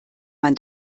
man